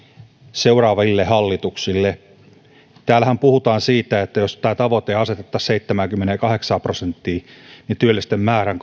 seuraaville hallituksille täällähän puhutaan siitä että jos tämä tavoite asetettaisiin seitsemäänkymmeneenkahdeksaan prosenttiin työllisten määrän